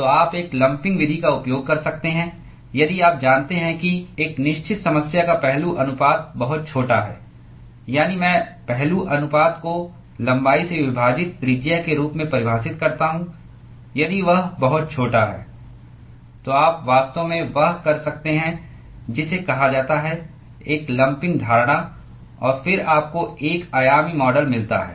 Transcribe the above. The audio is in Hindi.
तो आप एक लंपिंग विधि का उपयोग कर सकते हैं यदि आप जानते हैं कि एक निश्चित समस्या का पहलू अनुपात बहुत छोटा है यानी मैं पहलू अनुपात को लंबाई से विभाजित त्रिज्या के रूप में परिभाषित करता हूं यदि वह बहुत छोटा है तो आप वास्तव में वह कर सकते हैं जिसे कहा जाता है एक लंपिंग धारणा और फिर आपको 1 आयामी मॉडल मिलता है